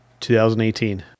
2018